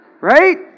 Right